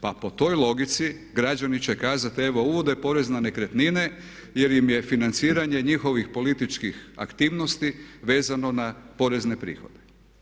Pa po toj logici građani će kazati evo uvode porez na nekretnine jer im je financiranje njihovih političkih aktivnosti vezano na porezne prihode.